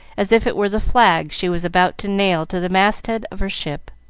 as if it were the flag she was about to nail to the masthead of her ship.